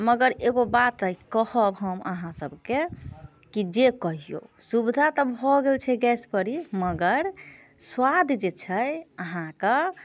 मगर एगो बात अइ कहब हम अहाँसभके कि जे कहियौ सुविधा तऽ भऽ गेल छै गैस परी मगर स्वाद जे छै अहाँकेँ